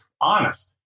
honest